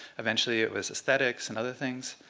eventually it was aesthetics and other things.